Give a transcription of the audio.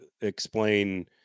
explain